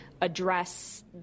address